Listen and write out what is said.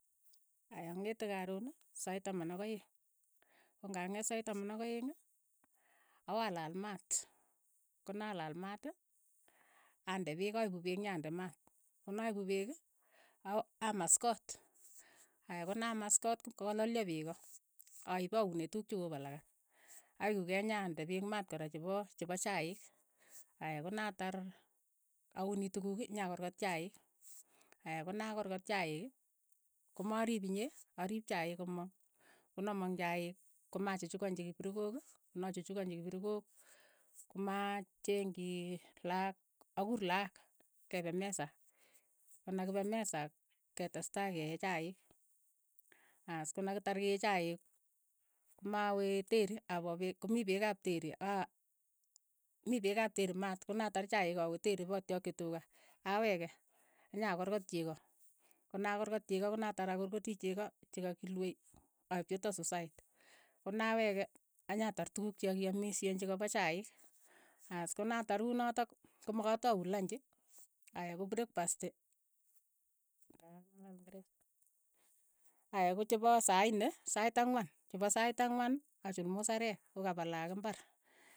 Aya, ang'ete karon sait taman ak aeng', kong'ang'eet sait taman ak aeng' awa laal maat, konalal maat, ande peek, aipu pek nyande mat, konaipu pek, a- amas koot, aya, konamas koot, kot ko kalalyo peko, aip pa unee tukuk chokopa lagat, aweku kei nyande peek mat kora chepo chepo chaik, aya konatar auni tukuk, nyakorkot chaik, aya konakorkot chaik komarip inye, arip chaik komang, konamang chaik komachukchukanchi kiprikok, konachuchukanchi kiprikok komachengchii laak akur laak kepe mesa, konakipe mesa ketestai keee chaik, as konakitar ke chaik, koma we teri, apo peek komii peek ap teri aa mi peek ap teri maat, konatar chaik awe teri patyakchi tuka, aweke, nyakorkot cheko, konakorkot cheko konatar akorkoti cheko chakakilue, aip chetok sosayat, konaweke, anyar tukuk chekakiamishen chekapa chaik,, as konatar kunotok, komakatau lanchi, aya ko brekpasti aya ko chepo saa nne sait ang'wan chepo sait ang'wan achul musarek. kokapa lakok imbar.